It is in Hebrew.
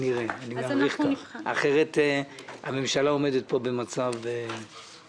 כך אני מעריך, אחרת הממשלה עומדת פה במצב מסובך.